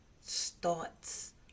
starts